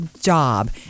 job